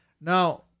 Now